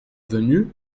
venu